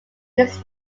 his